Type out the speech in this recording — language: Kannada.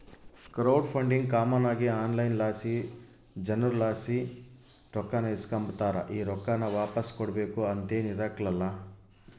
ಕ್ರೌಡ್ ಫಂಡಿಂಗ್ ಕಾಮನ್ ಆಗಿ ಆನ್ಲೈನ್ ಲಾಸಿ ಜನುರ್ಲಾಸಿ ರೊಕ್ಕಾನ ಇಸ್ಕಂಬತಾರ, ಈ ರೊಕ್ಕಾನ ವಾಪಾಸ್ ಕೊಡ್ಬಕು ಅಂತೇನಿರಕ್ಲಲ್ಲ